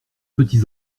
petits